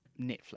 Netflix